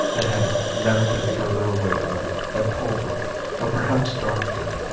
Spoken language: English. and had never been further away from it than colebrook or perhaps darnford.